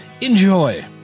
Enjoy